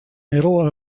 middle